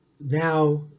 now